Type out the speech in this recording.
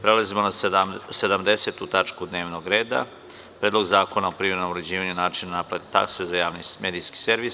Prelazimo na 70. tačku dnevnog reda – Predlog zakona o privremenom uređivanju načina naplate takse za javni medijski servis.